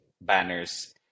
banners